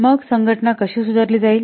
मग संघटना कशी सुधारली जाईल